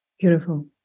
beautiful